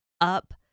up